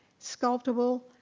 sculptable,